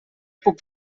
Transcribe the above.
puc